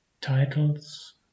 titles